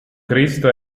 cristo